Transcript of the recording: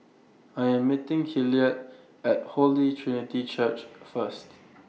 I Am meeting Hilliard At Holy Trinity Church First